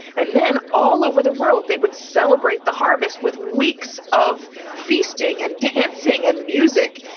and then all over the world they would celebrate the harvest with weeks of feasting, and dancing, and music,